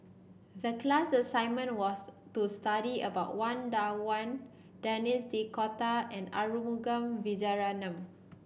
the class assignment was to study about Wang Dayuan Denis D'Cotta and Arumugam Vijiaratnam